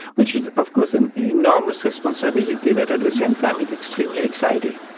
which is, of course, an enormous responsibility, but at the same time, you know extremely exciting